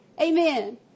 Amen